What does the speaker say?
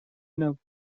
نبود